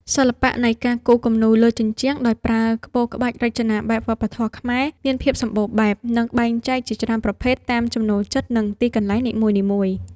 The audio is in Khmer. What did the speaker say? សិល្បៈនៃការគូរគំនូរលើជញ្ជាំងដោយប្រើក្បូរក្បាច់រចនាបែបវប្បធម៌ខ្មែរ មានភាពសម្បូរបែប និងបែងចែកជាច្រើនប្រភេទតាមចំណូលចិត្ត និងទីកន្លែងនីមួយៗ។